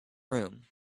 room